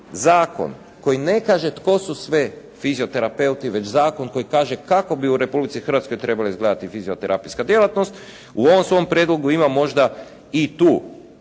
zakon koji ne kaže tko su sve fizioterapeuti već zakon koji kaže kako bi u Republici Hrvatskoj trebala izgledati fizioterapijska djelatnost u ovom svom prijedlogu ima možda i tu